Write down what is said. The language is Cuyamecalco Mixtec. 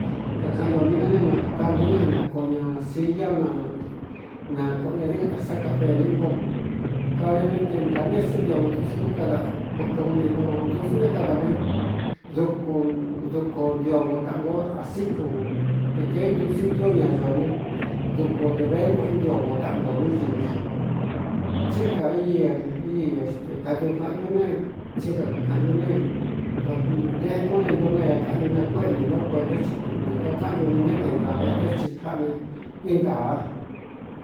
Kakaꞌan ñō niꞌñá ne nakuta ni ña na koo ña siyá na nakoꞌo ña dikɨn ta sáka feniꞌngo kada né te ntā ni é stí ntioo nius kauni ōntiusí nté kadā ne duku ntio ngo taꞌan gó a síkun de kēintusin ntío ñayo ne duku dē verngoꞌō intio ngo taꞌngo ñúñɨví jan tsí nka i ii xte kantio kaꞌan ñú ne tsí nka kaꞌan ñú ne kotekún ne nto naa kaꞌan ñu ne kuéꞌnī nó kuenta ti ne kakaꞌan ñu ne ñá te vidā veté ti jáꞌ ni ín ntaa.